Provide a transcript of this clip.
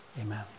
Amen